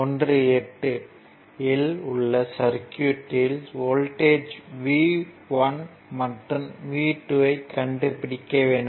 18 இல் உள்ள சர்க்யூட்யில் வோல்ட்டேஜ் V1 மற்றும் V2 ஐ கண்டுபிடிக்க வேண்டும்